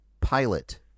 Pilot